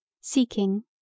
seeking